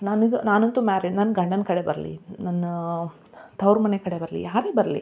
ನನ್ಗೆ ನಾನಂತೂ ಮ್ಯಾರೀಡ್ ನನ್ನ ಗಂಡನ ಕಡೆ ಬರಲಿ ನನ್ನ ತವ್ರು ಮನೆ ಕಡೆ ಬರಲಿ ಯಾರೇ ಬರಲಿ